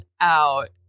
out